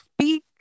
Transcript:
speak